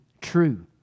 true